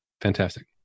Fantastic